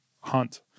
hunt